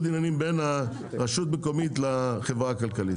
עניינים בין רשות מקומית לחברה הכלכלית.